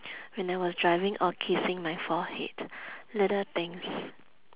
when I was driving or kissing my forehead little things